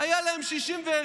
היו להם 61,